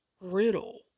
Riddle